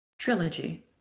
Trilogy